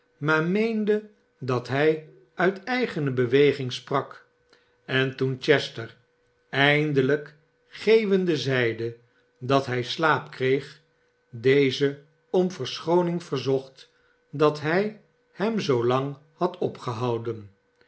maar meende dat hij uit eigene beweging sprak en toen chester eindelijk geeuwende zeide dat hij slaap kreeg dezen om verschooning verzocht dat hij hem zoolang had opgehouden